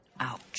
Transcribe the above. Ouch